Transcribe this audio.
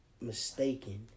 mistaken